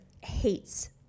hates